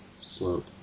Slope